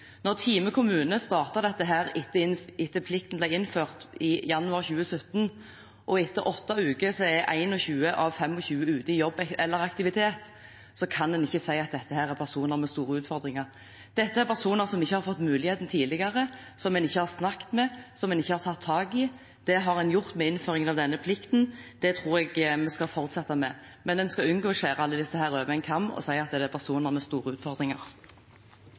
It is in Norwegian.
Når Time kommune startet dette etter at plikten ble innført i januar 2017, og det etter åtte uker er 21 av 25 som er ute i jobb eller aktivitet, kan en ikke si at dette er personer med store utfordringer. Dette er personer som ikke har fått muligheten tidligere, som en ikke har snakket med, som en ikke har tatt tak i. Det har en gjort med innføring av denne plikten. Det tror jeg vi skal fortsette med. Men en skal unngå å skjære alle disse over én kam og si at det er personer med store utfordringer.